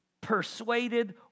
persuaded